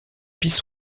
pistes